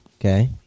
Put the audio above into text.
okay